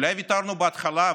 אולי ויתרנו בהתחלה,